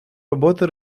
роботи